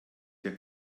der